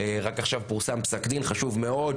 רק עכשיו פורסם פסק דין חשוב מאוד,